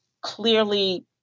clearly